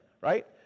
right